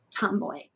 Tomboy